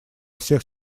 всех